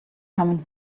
coming